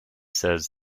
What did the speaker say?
says